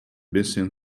bisschen